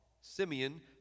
Simeon